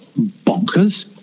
bonkers